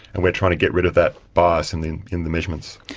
and we are trying to get rid of that bias in the in the measurements.